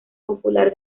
popular